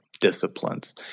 disciplines